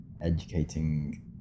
educating